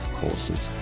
courses